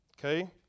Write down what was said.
okay